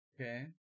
Okay